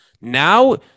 Now